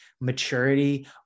maturity